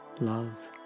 love